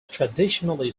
traditionally